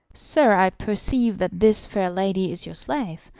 sir, i perceive that this fair lady is your slave.